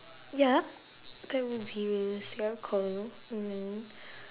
ya that would be realistic I'll call you mm